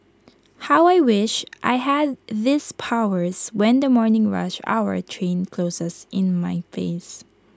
how I wish I had these powers when the morning rush hour train closes in my face